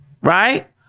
Right